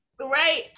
Right